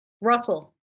Russell